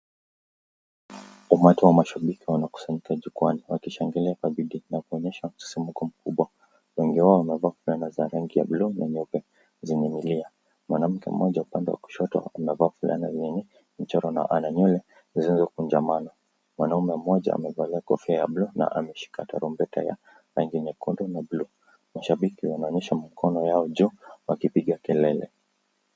Umati wa mashabiki wamekusanyika jukwaani, wakishangilia kwa bidii na kuonyesha msisimko mkuu. Wengi wao wamevaa kofia na za rangi ya blue na nyeupe zenye milia. Mwanamke mmoja upande wa kushoto amevaa fulana yenye mchoro na ana nywele zinazokunjamana. Mwanaume mmoja amevalia kofia ya blue na ameshika tarumbeta ya rangi nyekundu na blue. Mashabiki wanaonyesha mikono yao juu wakipiga kelele.